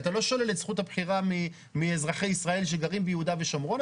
אתה לא שולל את זכות הבחירה מאזרחי ישראל שגרים ביהודה ושומרון,